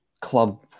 club